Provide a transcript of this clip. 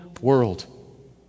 world